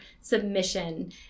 submission